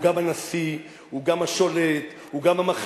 הוא גם הנשיא, הוא גם השולט, הוא גם המחליט.